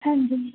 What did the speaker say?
हांजी